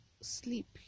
sleep